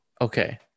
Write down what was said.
okay